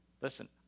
Listen